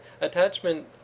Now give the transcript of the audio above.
attachment